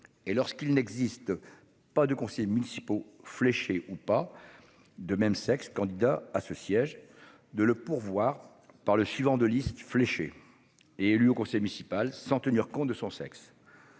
et lorsqu'il n'existe. Pas de conseillers municipaux fléché ou pas. De même sexe candidat à ce siège de le pourvoir par le suivant de liste fléché et élu au conseil municipal sans tenir compte de son sexe.